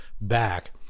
back